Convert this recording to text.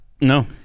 No